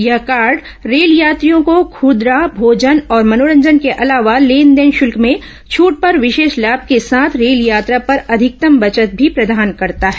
यह कार्ड रेल यात्रियों को खूदरा मोजन और मनोरंजन के अलावा लेनदेन शुल्क में छूट पर विशेष लाभ के साथ रेलयात्रा पर अधिकतम बचत भी प्रदान करता है